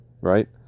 right